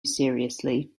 seriously